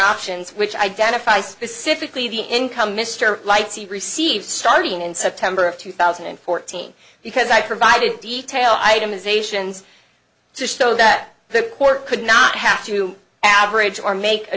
options which identify specifically the income mr lights he received starting in september of two thousand and fourteen because i provided details item is ations to show that the court could not have to average or make a